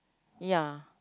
ya